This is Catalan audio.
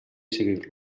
seguir